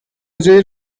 جایی